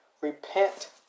Repent